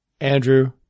Andrew